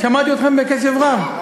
שמעתי אתכם בקשב רב.